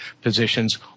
positions